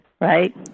right